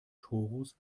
torus